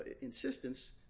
insistence